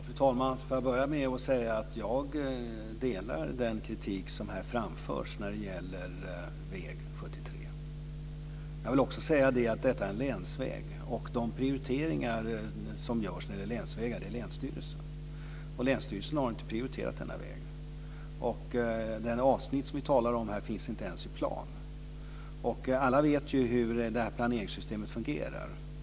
Fru talman! Får jag börja med att säga att jag delar den kritik som här framförs när det gäller väg 73. Jag vill också säga att detta är en länsväg, och de prioriteringar som görs när det gäller länsvägar är det länsstyrelsen som gör. Och länsstyrelsen har inte prioriterat denna väg. Det avsnitt som vi talar om här finns inte ens i plan. Alla vet ju hur det här planeringssystemet fungerar.